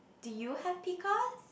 do you have